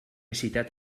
citat